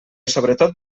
sobretot